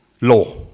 law